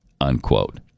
unquote